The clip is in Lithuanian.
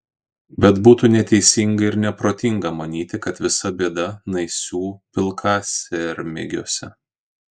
bet būtų neteisinga ir neprotinga manyti kad visa bėda naisių pilkasermėgiuose